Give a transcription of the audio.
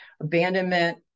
abandonment